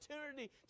opportunity